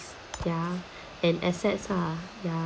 ya and assets ah ya